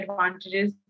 advantages